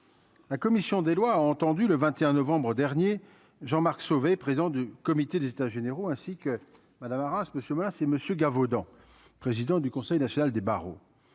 la commission des lois, entendu le 21 novembre dernier Jean-Marc Sauvé, président du comité des états généraux, ainsi que Madame Arras Monsieur menacé Monsieur Gavaudan, président du Conseil national des barreaux,